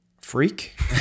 freak